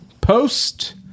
post